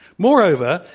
moreover,